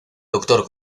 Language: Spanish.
doctor